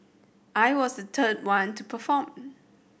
I was the third one to perform